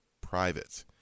private